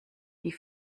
die